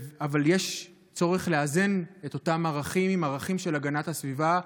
אבל יש צורך לאזן את אותם ערכים עם ערכים של הגנת הסביבה,